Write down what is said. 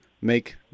make